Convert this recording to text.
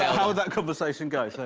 how would that conversation go?